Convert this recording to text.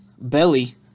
Belly